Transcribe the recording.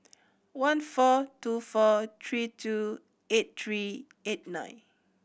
one four two four three two eight three eight nine